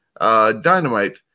Dynamite